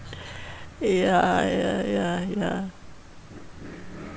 ya ya ya ya